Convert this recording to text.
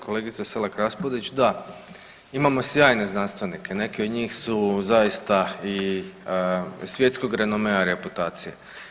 Kolegice Selak Raspudić, da, imamo sjajne znanstvenike, neki od njih su zaista i svjetskog renomea i reputacije.